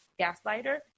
gaslighter